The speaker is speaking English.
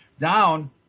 down